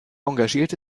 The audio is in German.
engagierte